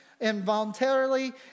involuntarily